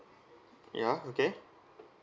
ya okay